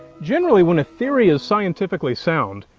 generally, when a theory is scientifically sound,